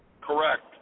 correct